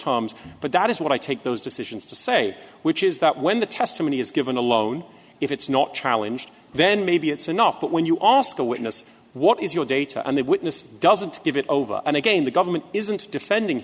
terms but that is what i take those decisions to say which is that when the testimony is given alone if it's not challenge then maybe it's enough but when you oscar witness what is your data and the witness doesn't give it over and again the government isn't defending